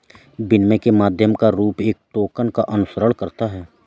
विनिमय के माध्यम का रूप एक टोकन का अनुसरण करता है